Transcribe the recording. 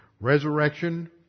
resurrection